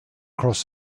across